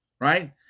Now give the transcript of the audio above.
right